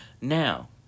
Now